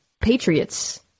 Patriots